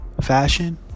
fashion